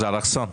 זה אלכסון.